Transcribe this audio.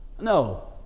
No